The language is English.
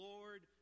Lord